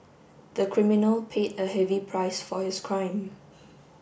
the criminal paid a heavy price for his crime